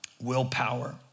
willpower